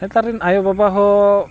ᱱᱮᱛᱟᱨ ᱨᱮᱱ ᱟᱭᱳ ᱵᱟᱵᱟ ᱦᱚᱸ